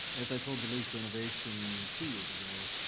as i told the league for innovation two years ago,